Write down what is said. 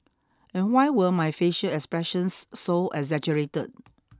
and why were my facial expressions so exaggerated